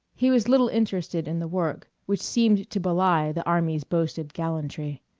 he was little interested in the work, which seemed to belie the army's boasted gallantry.